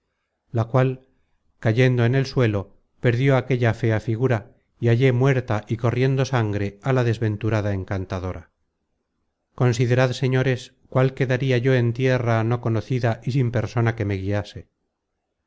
la cual cayendo en el suelo perdió aquella fea figura y hallé muerta y corriendo sangre á la desventurada encantadora considerad señores cuál quedaria yo en tierra no conocida y sin persona que me guiase